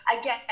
again